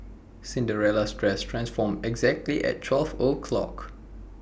Cinderella's dress transformed exactly at twelve o'clock